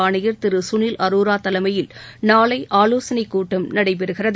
ஆணையர் திரு சுனில் அரோரா தலைமையில் நாளை ஆலோசனை கூட்டம் நடைபெறுகிறது